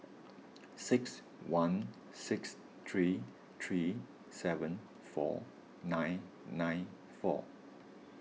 six one six three three seven four nine nine four